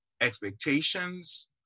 expectations